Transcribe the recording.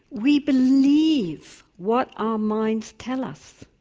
we believe what our minds tell us,